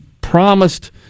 promised